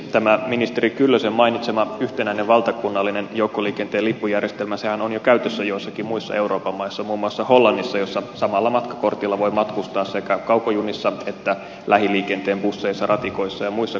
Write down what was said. tämä ministeri kyllösen mainitsema yhtenäinen valtakunnallinen joukkoliikenteen lippujärjestelmähän on jo käytössä joissakin muissa euroopan maissa muun muassa hollannissa jossa samalla matkakortilla voi matkustaa sekä kaukojunissa että lähiliikenteen busseissa ratikoissa ja muissa kulkuneuvoissa